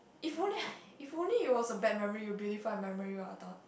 if only if only it was a bad memory you'll believe my memory what I thought